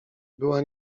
była